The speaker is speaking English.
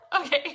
Okay